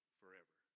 forever